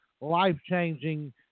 life-changing